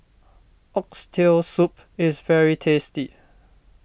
Oxtail Soup is very tasty